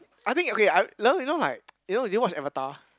I think okay I you know you know like you know do you watch Avatar